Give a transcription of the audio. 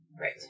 Right